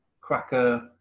cracker